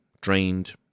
drained